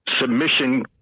submission